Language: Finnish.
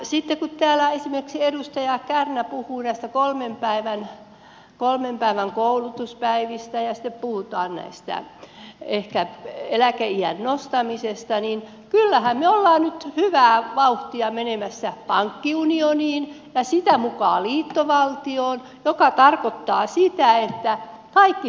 sitten kun täällä esimerkiksi edustaja kärnä puhuu näistä kolmen päivän koulutuspäivistä ja sitten puhutaan ehkä eläkeiän nostamisesta niin kyllähän me olemme nyt hyvää vauhtia menemässä pankkiunioniin ja sitä mukaa liittovaltioon mikä tarkoittaa sitä että kaikki harmonisoidaan